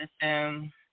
system